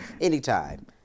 Anytime